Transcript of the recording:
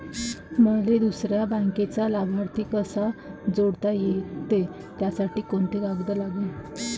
मले दुसऱ्या बँकेचा लाभार्थी कसा जोडता येते, त्यासाठी कोंते कागद लागन?